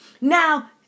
Now